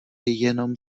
jenom